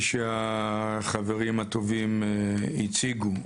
שהחברים הטובים הציגו.